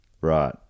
right